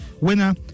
winner